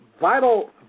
vital